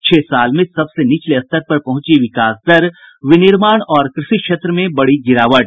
छह साल में सबसे निचले स्तर पर पहुंची विकास दर विनिर्माण और कृषि क्षेत्र में बड़ी गिरावट